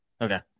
Okay